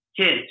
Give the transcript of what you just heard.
kids